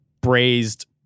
braised